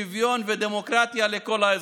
שוויון ודמוקרטיה לכל האזרחים.